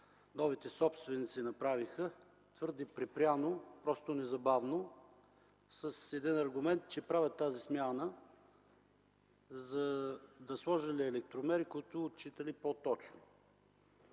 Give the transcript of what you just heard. новите собственици направиха твърде припряно, просто незабавно с един аргумент, че правят тази смяна, за да сложели електромери, които отчитали по-точно.